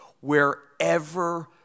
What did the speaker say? wherever